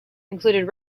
included